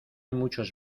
muchos